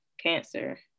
cancer